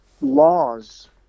laws